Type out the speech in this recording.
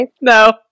No